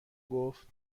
گفت